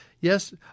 Yes